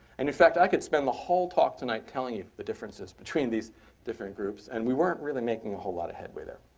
and in fact, i could spend the whole talk tonight telling you the differences between these different groups, and we weren't really making a whole lot of headway there.